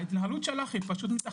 ההתנהלות שלך היא פשוט לא הגיונית.